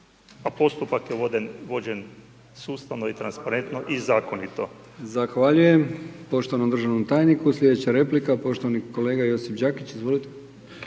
a postupak je vođen sustavno i transparentno i zakonito.